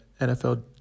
NFL